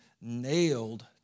nailed